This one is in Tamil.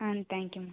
ah thank you ma'am